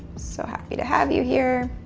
so happy to have you here.